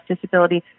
disability